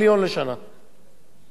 שהיו צריכים, 120,